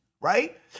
right